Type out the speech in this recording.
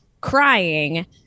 crying